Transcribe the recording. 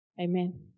Amen